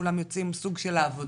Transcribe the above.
כולם יוצאים לעבודה,